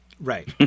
Right